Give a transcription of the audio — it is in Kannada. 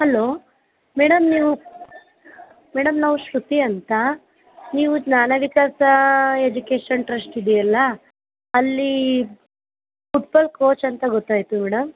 ಹಲೋ ಮೇಡಮ್ ನೀವು ಮೇಡಮ್ ನಾವು ಶ್ರುತಿ ಅಂತ ನೀವು ಜ್ಞಾನ ವಿಕಾಸ ಎಜುಕೇಷನ್ ಟ್ರಸ್ಟ್ ಇದೆಯಲ್ಲ ಅಲ್ಲಿ ಫುಟ್ಬಾಲ್ ಕೋಚ್ ಅಂತ ಗೊತ್ತಾಯಿತು ಮೇಡಮ್